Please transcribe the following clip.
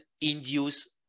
induce